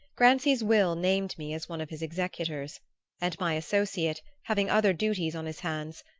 grancy's will named me as one of his executors and my associate, having other duties on his hands,